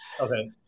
Okay